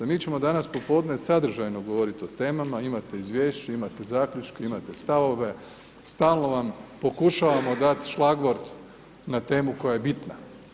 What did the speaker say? A mi ćemo danas popodne sadržajno govoriti o temama, imate izvješće, imate zaključke, imate stavove, stalno vam pokušavamo dati šlagort na temu koja je bitna.